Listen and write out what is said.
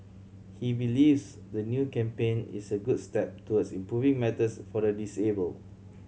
he believes the new campaign is a good step towards improving matters for the disabled